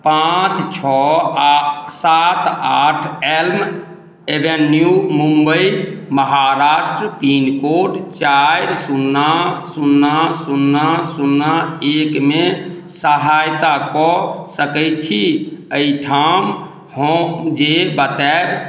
पाँच छओ आ सात आठ Elm Avenue Mumbai Maharashtra pincode चारि सुन्ना सुन्ना सुन्ना सुन्ना एकमे सहायता कऽ सकै छी एहिठाम हम जे बताबऽ